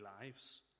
lives